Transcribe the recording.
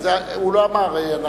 הוא לא אמר.